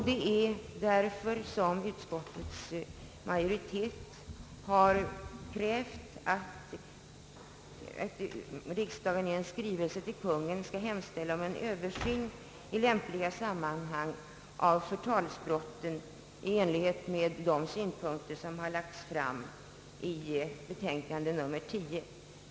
Det är därför som utskottets majoritet har begärt att riksdagen i skrivelse till Kungl. Maj:t skall hemställa om en Översyn i lämpligt sammanhang av förtalsbrotten i enlighet med de synpunkter som lagts fram i betänkandet nr 10.